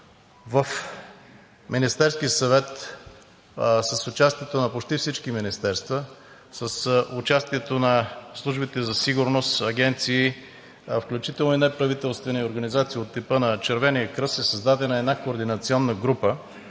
в Министерския съвет – с участието на почти всички министерства, с участието на службите за сигурност, агенции, включително и неправителствени организации от типа на Червения кръст, е създадена една координационна група